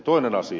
toinen asia